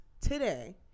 today